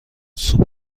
سوپ